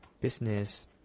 Business